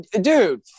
dude